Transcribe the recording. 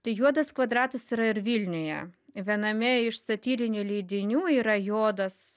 tai juodas kvadratas yra ir vilniuje viename iš satyrinių leidinių yra juodas